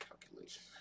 calculation